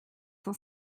cent